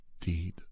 deed